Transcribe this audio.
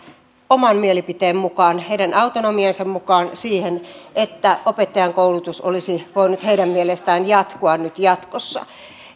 oman mielipiteen mukaan heidän autonomiansa mukaan siihen että opettajankoulutus olisi voinut heidän mielestään jatkua nyt jatkossa